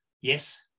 yes